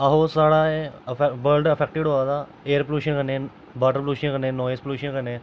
आहो साढ़ा एह् वर्ल्ड अफेक्टेड होआ दा एयर पोल्लुशन कन्नै बाटर पोल्लुशन कन्नै नाइज पोल्लुशन कन्नै